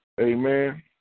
Amen